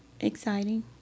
exciting